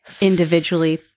individually